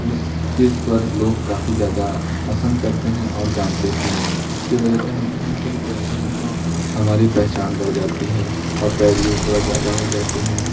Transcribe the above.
उस चीज़ पर लोग काफ़ी ज़्यादा पसंद करते हैं और जानते भी हैं इसके वजह से हम कहीं पर जाते हैं तो हमारी पेहचान बढ़ जाती हैं और वैल्यू थोड़ा ज़्यादा हो जाती है